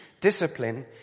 Discipline